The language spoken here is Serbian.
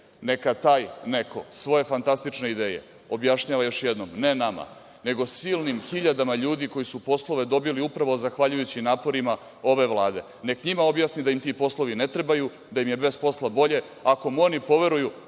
taj neko svoje fantastične ideje objašnjava, još jednom, ne nama, nego silnim hiljadama ljudi koji su poslove dobili upravo zahvaljujući naporima ove Vlade. Neka njima objasni da im ti poslovi ne trebaju, da im je bez posla bolje. Ako mu oni poveruju,